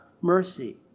mercy